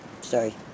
Sorry